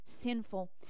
sinful